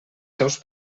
seus